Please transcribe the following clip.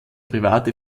private